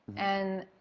and,